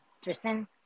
tristan